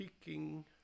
Speaking